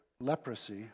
leprosy